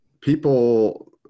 People